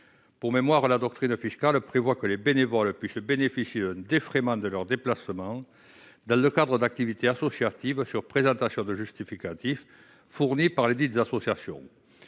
soient exclus. La doctrine fiscale prévoit que les bénévoles puissent bénéficier d'un défraiement de leurs déplacements dans le cadre d'activités associatives, sur présentation de justificatifs fournis par lesdites associations.